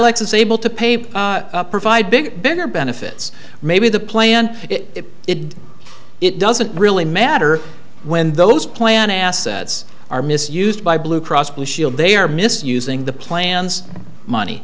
is able to pave provide big bigger benefits maybe the plan it it it doesn't really matter when those plan assets are misused by blue cross blue shield they are misusing the plans money